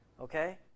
Okay